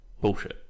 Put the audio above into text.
bullshit